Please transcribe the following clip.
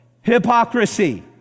Hypocrisy